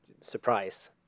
surprise